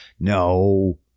No